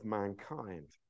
mankind